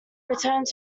returned